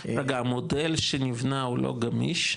רגע המודל שנבנה הוא לא גמיש,